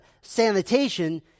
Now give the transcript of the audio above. sanitation